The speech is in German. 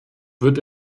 wird